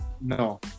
no